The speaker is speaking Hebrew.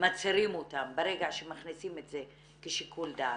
מצהירים אותם ברגע שמכניסים את זה כשיקול דעת.